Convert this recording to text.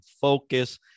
focus